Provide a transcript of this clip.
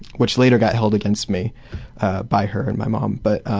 which later got held against me by her and my mum. um but